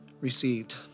Received